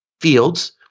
fields